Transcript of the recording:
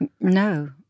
No